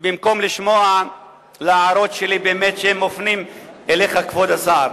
במקום להקשיב להערות שלי, שמופנות אליך, כבוד השר.